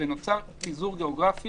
כך שנוצר פיזור גיאוגרפי